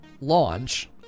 launch